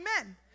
amen